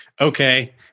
okay